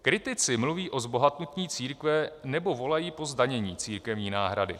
Kritici mluví o zbohatnutí církve nebo volají po zdanění církevní náhrady.